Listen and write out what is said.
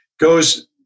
goes